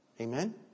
Amen